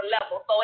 level